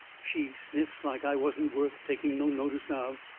she sniffs like i wasn't worth taking no notice of.